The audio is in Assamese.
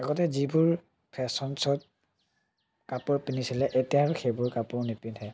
আগতে যিবোৰ ফেশ্বন শ্ব'ত কাপোৰ পিন্ধিছিলে এতিয়া আৰু সেইবোৰ কাপোৰ নিপিন্ধে